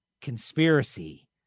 conspiracy